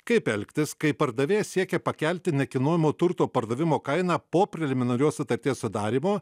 kaip elgtis kai pardavėjas siekia pakelti nekilnojamo turto pardavimo kainą po preliminarios sutarties sudarymo